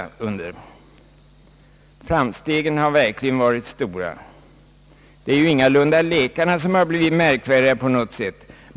Framstegen har verkligen varit stora. Det är ju ingalunda läkarna som har blivit märkvärdigare på något sätt.